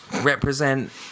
represent